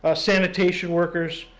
ah sanitation workers,